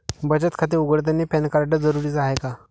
बचत खाते उघडतानी पॅन कार्ड जरुरीच हाय का?